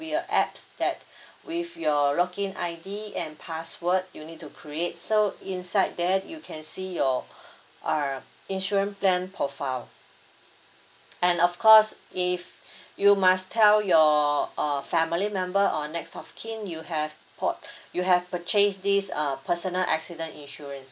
be a apps that with your login I_D and password you need to create so inside that you can see your err insurance plan profile and of course if you must tell your uh family member or next of kin you have bought you have purchased this err personal accident insurance